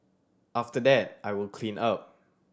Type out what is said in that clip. after that I will clean up